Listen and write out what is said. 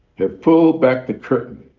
have pulled back the curtain